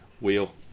wheel